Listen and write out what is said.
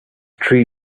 three